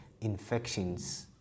infections